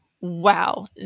Wow